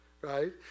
Right